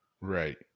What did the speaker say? right